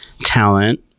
talent